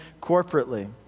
corporately